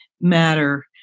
matter